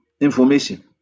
information